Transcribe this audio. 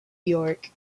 york